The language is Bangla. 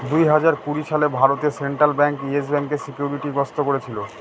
দুই হাজার কুড়ি সালে ভারতে সেন্ট্রাল ব্যাঙ্ক ইয়েস ব্যাঙ্কে সিকিউরিটি গ্রস্ত করেছিল